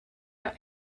our